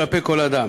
סובלנות כלפי כל אדם.